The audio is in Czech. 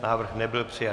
Návrh nebyl přijat.